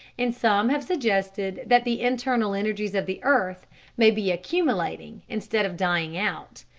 and some have suggested that the internal energies of the earth may be accumulating instead of dying out,